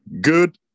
Good